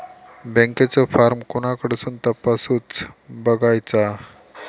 बँकेचो फार्म कोणाकडसून तपासूच बगायचा?